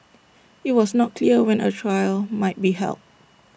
IT was not clear when A trial might be held